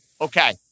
Okay